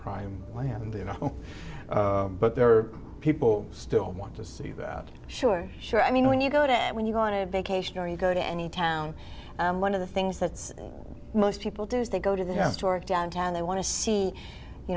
prime land you know but there are people still want to see that sure sure i mean when you go to when you go to vacation or you go to any town and one of the things that's most people do is they go to the house to work downtown they want to see you